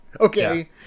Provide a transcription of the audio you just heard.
Okay